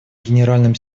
генеральным